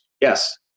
yes